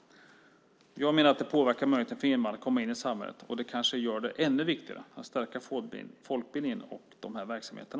Jag menar att det påverkar möjligheterna för invandrarna att komma in i samhället. Det kanske gör det ännu viktigare att stärka folkbildningen och de här verksamheterna.